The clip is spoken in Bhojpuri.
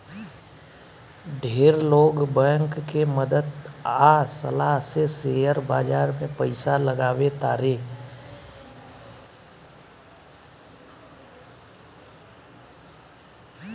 ढेर लोग बैंक के मदद आ सलाह से शेयर बाजार में पइसा लगावे तारे